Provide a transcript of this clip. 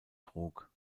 trug